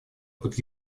под